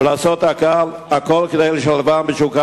ולעשות הכול כדי לשלבן בשוק העבודה.